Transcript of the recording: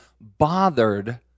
bothered